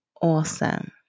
awesome